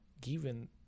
given